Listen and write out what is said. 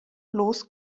bloß